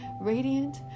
radiant